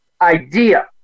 idea –